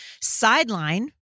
sideline